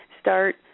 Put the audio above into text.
start